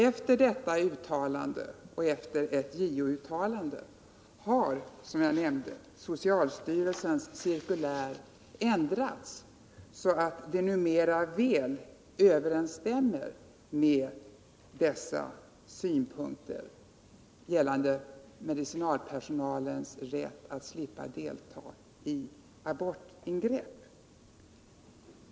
Efter detta uttalande och efter ett JO-uttalande har, som jag nämnde, socialstyrelsens cirkulär ändrats så att det numera väl överensstämmer med dessa synpunkter vad beträffar medicinalpersonalens rätt att slippa delta i abortingrepp.